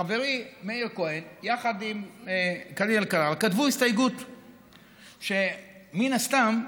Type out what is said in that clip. חברי מאיר כהן וקארין אלהרר כתבו הסתייגות שמן הסתם,